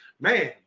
man